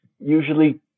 usually